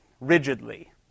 rigidly